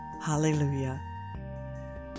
Hallelujah